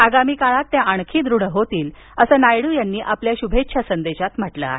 आगामी काळात ते आणखी दृढ होतीलअसं नायडू यांनी आपल्या शुभेच्छा संदेशात म्हटलं आहे